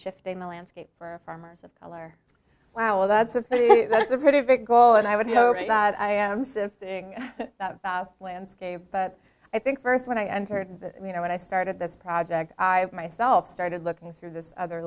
shifting the landscape for farmers of a liar wow well that's a that's a pretty big goal and i would you know that i am landscape but i think first when i entered the you know when i started this project i myself started looking through this other